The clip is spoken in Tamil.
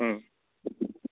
ம்